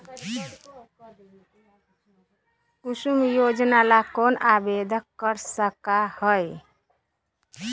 कुसुम योजना ला कौन आवेदन कर सका हई?